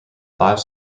five